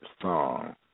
song